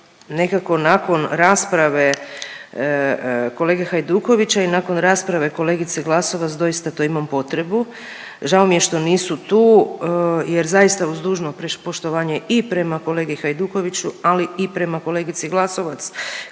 nekako nakon rasprave kolege Hajdukovića i nakon rasprave kolegice Glasovac doista to imam potrebu, žao mi je što nisu tu jer zaista, uz dužno poštovanje i prema kolegi Hajdukoviću, ali i prema kolegici Glasovac